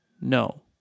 No